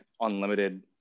unlimited